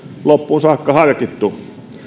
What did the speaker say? loppuun saakka harkittu